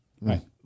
Right